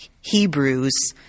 Hebrews